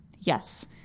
Yes